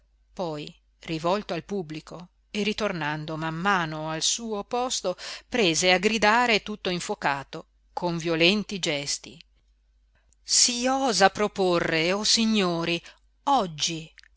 poi rivolto al pubblico e ritornando man mano al suo posto prese a gridare tutto infocato con violenti gesti si osa proporre o signori oggi